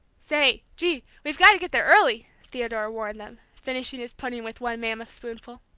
say, gee, we've got to get there early! theodore warned them, finishing his pudding with one mammoth spoonful.